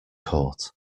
court